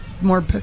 More